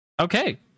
Okay